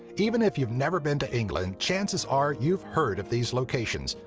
even if you've never been to england, chances are you've heard of these locations,